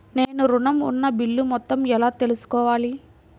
నేను ఋణం ఉన్న బిల్లు మొత్తం ఎలా తెలుసుకోవాలి?